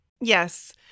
Yes